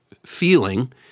feeling